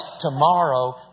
tomorrow